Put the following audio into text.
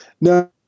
No